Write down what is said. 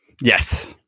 Yes